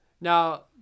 Now